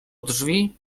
drzwi